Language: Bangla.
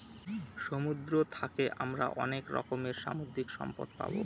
সমুদ্র থাকে আমরা অনেক রকমের সামুদ্রিক সম্পদ পাবো